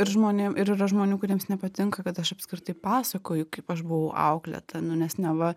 ir žmonėm ir yra žmonių kuriems nepatinka kad aš apskritai pasakoju kaip aš buvau auklėta nu nes neva